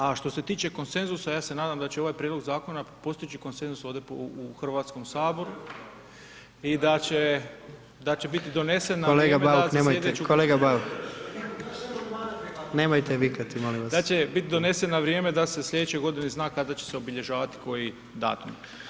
A što se tiče konsenzusa ja se nadam da će ovaj prijedlog zakona postići konsenzus ovdje u Hrvatskom saboru i da će biti donesen [[Upadica: Kolega Bauk, kolega Bauk nemojte vikati molim vas.]] na vrijeme da se slijedeće godine zna kada će se obilježavati koji datum.